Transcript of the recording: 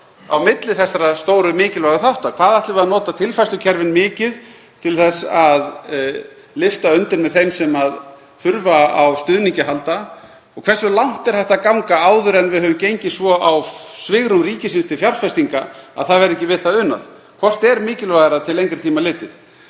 á milli þessara stóru mikilvægu þátta. Hvað ætlum við að nota tilfærslukerfin mikið til þess að lyfta undir með þeim sem þurfa á stuðningi að halda og hversu langt er hægt að ganga áður en við höfum gengið svo á svigrúm ríkisins til fjárfestinga að ekki verði við það unað? Hvort er mikilvægara til lengri tíma litið?